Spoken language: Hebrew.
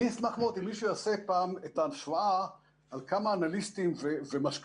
אני אשמח מאוד אם מישהו יעשה פעם השוואה על כמה אנליסטים ומשקיעים